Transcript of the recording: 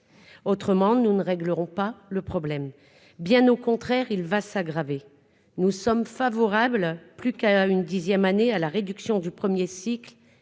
autrement nous ne régleront pas le problème, bien au contraire, il va s'aggraver, nous sommes favorables plus qu'à une dixième année à la réduction du 1er cycle